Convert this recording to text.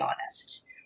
honest